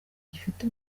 gifite